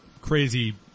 crazy